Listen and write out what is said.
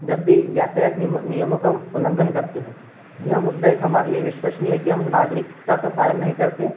जब भी यातायात नियमों नियमो का उल्लंघन करते हैं यह मुद्दा एक हमारे लिए विश्वसनीय है कि हम नागरिकता का पालन नहीं करते